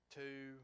two